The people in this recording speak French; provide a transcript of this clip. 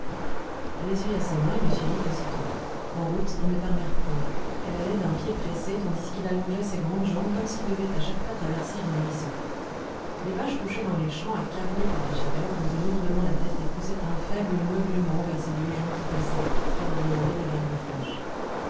elle essuya ses mains et le suivit aussitôt en route ils ne parlèrent point elle allait d'un pied pressé tandis qu'il allongeait ses grandes jambes comme s'il devait à chaque pas traverser un ruisseau les vaches couchées dans les champs accablées par la chaleur levaient lourdement la tête et poussaient un faible meuglement vers ces deux gens qui passaient pour leur demander de l'herbe fraîche